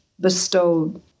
bestowed